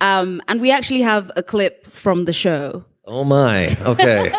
um and we actually have a clip from the show. oh, my. ok